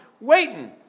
waiting